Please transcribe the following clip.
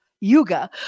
Yuga